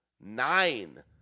Nine